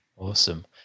awesome